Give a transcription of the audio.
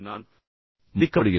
நான் மதிக்கப்படுகிறேன்